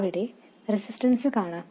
അവിടെ റെസിസ്റ്റൻസ് കാണാം